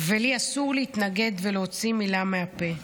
ולי אסור להתנגד ולהוציא מילה מהפה".